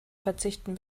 verzichten